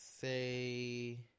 say